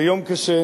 זה יום קשה,